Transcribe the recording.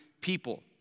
people